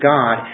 God